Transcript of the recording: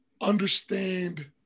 understand